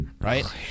right